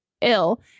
ill